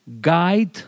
guide